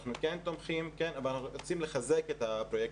אנחנו רוצים לחזק את הפרויקט,